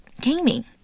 gaming